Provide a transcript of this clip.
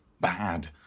bad